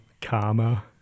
karma